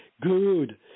good